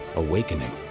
awakening.